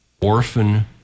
orphan